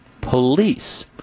police